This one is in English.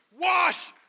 Wash